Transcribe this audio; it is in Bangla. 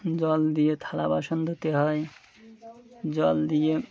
জল দিয়ে থালাবাসন ধুতে হয় জল দিয়ে